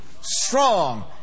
strong